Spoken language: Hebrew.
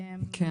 אבל